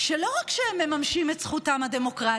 הם לא רק מממשים את זכותם הדמוקרטית,